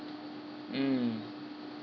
mm